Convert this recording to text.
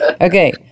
Okay